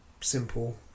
Simple